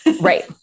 Right